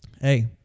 Hey